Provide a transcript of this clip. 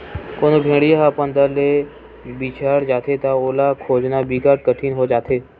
कोनो भेड़िया ह अपन दल ले बिछड़ जाथे त ओला खोजना बिकट कठिन हो जाथे